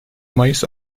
mayıs